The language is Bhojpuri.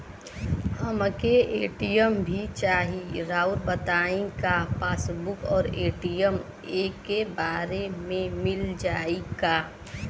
हमके ए.टी.एम भी चाही राउर बताई का पासबुक और ए.टी.एम एके बार में मील जाई का?